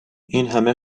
اینهمه